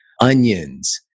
onions